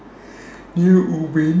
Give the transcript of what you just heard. near Ubin